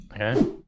Okay